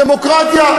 הדמוקרטיה,